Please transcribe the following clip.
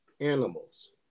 animals